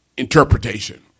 interpretation